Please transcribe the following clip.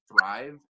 thrive